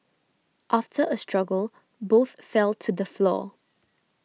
after a struggle both fell to the floor